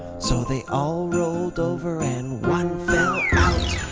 so they all rolled over and one fell out.